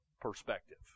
perspective